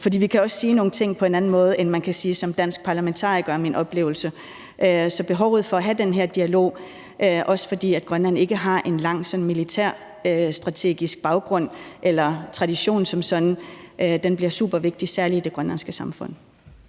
fordi vi kan sige nogle ting på en anden måde, end man kan som dansk parlamentariker, er det min oplevelse. Så der er et behov for at have den her dialog, også fordi Grønland ikke har en lang sådan militærstrategisk baggrund eller tradition; den bliver supervigtig, særlig i det grønlandske samfund.